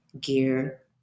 gear